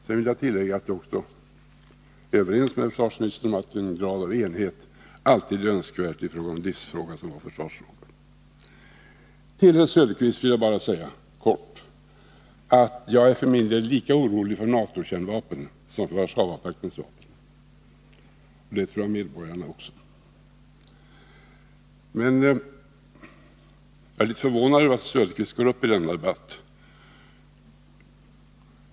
Sedan vill jag tillägga att jag är överens med försvarsministern om att en 101 grad av enighet alltid är önskvärd när det gäller en livsfråga som vår försvarsförmåga. Till herr Söderqvist vill jag bara helt kort säga att jag för min del är lika orolig för NATO-kärnvapen som för Warszawapaktens vapen. Det tror jag medborgarna också är. Men jag är litet förvånad över att herr Söderqvist går upp i denna debatt.